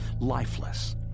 lifeless